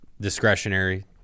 discretionary